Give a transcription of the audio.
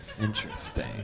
Interesting